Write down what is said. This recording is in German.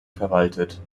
verwaltet